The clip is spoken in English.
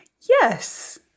Yes